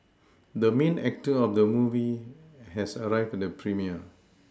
the main actor of the movie has arrived at the premiere